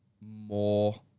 more